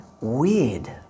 weird